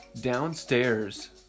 downstairs